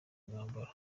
mwambaro